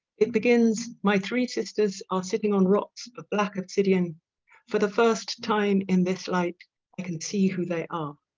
it begins my three sisters are sitting on rocks of black obsidian for the first time in this light i can see who they are